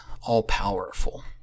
all-powerful